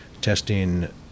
testing